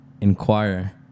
inquire